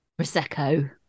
Prosecco